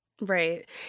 Right